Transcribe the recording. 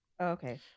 Okay